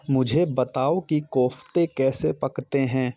मुझे बताओ कि कोफ़्ते कैसे पकते हैं